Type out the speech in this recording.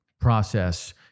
process